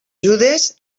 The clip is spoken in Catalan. judes